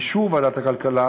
באישור ועדת הכלכלה,